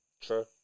True